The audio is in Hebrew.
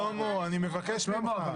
שלמה, אני מבקש ממך.